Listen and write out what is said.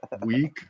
week